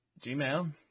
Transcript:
Gmail